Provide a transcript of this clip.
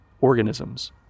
organisms